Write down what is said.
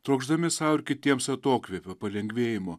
trokšdami sau ir kitiems atokvėpio palengvėjimo